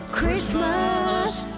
Christmas